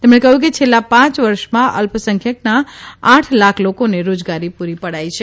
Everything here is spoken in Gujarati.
તેમણે કહ્યું કે છેલ્લા પાંચ વર્ષમાં અલ્પસંખ્યકના આઠ લાખ લોકોને રોજગારી પૂરી પડાઇ છે